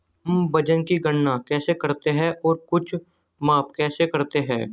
हम वजन की गणना कैसे करते हैं और कुछ माप कैसे करते हैं?